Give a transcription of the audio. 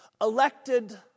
Elected